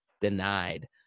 denied